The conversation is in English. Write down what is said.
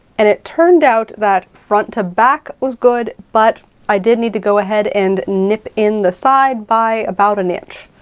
and it turned out that front to back was good, but i did need to go ahead and nip in the side by about an inch.